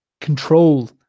control